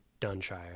Dunshire